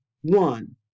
one